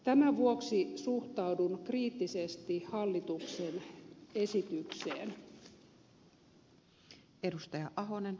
tämän vuoksi suhtaudun kriittisesti hallituksen esitykseen